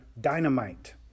dynamite